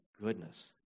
goodness